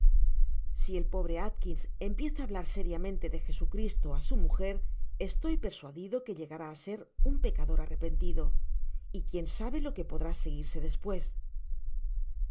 si el pobre alkins empieza hablar seriamente de jesucristo á su mujer estoy persuadido que llegará á ser un pecador arrepentido y quién sabe lo que podrá seguirse despues